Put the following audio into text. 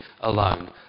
alone